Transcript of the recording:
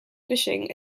fishing